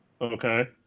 okay